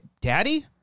Daddy